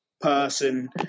person